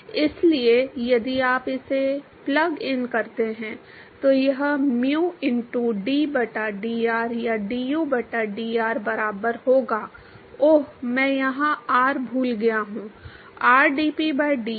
इसलिए इसलिए यदि आप इसे प्लग इन करते हैं तो यह mu इनटू d बटा dr या du बटा dr बराबर होगा ओह मैं यहां r भूल गया हूं rdp by dx